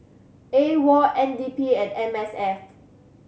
AWOL N D P and M S F